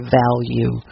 value